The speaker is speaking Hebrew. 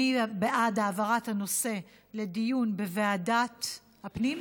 מי בעד העברת הנושא לדיון בוועדת הפנים?